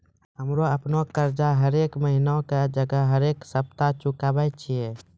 हम्मे अपनो कर्जा हरेक महिना के जगह हरेक सप्ताह चुकाबै छियै